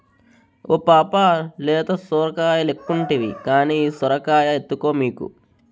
ఓ పాపా లేత సొరకాయలెక్కుంటివి కానీ ఈ సొరకాయ ఎత్తుకో మీకు